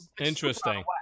interesting